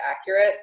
accurate